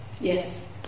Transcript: Yes